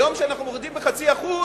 היום, כשאנחנו מורידים ב-0.5%,